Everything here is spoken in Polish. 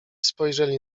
spojrzeli